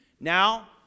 Now